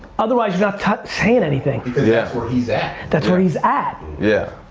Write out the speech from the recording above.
otherwise you're not saying anything. because that's where he's at! that's where he's at. yeah,